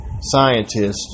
scientists